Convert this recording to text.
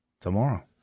tomorrow